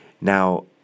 Now